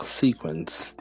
sequence